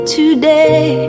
today